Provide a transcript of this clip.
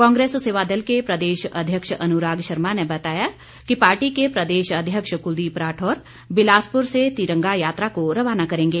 कांग्रेस सेवा दल के प्रदेश अध्यक्ष अनुराग शर्मा ने बताया कि पार्टी के प्रदेशाध्यक्ष कुलदीप राठौर बिलासपुर से तिरंगा यात्रा को रवाना करेंगे